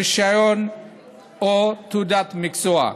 רישיון או תעודת מקצוע.